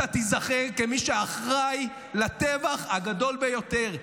אתה תיזכר כמי שאחראי לטבח הגדול ביותר.